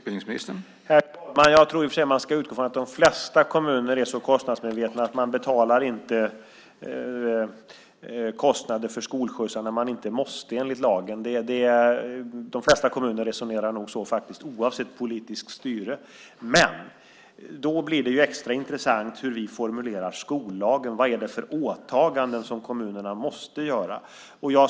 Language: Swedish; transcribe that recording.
Herr talman! Jag tror att man ska utgå från att de flesta kommuner är så kostnadsmedvetna att de inte betalar kostnader för skolskjutsar när de inte måste enligt lagen. De flesta kommuner resonerar nog så faktiskt oavsett politiskt styre. Men då blir det extra intressant hur vi formulerar skollagen. Vad är det för åtaganden som kommunerna måste göra?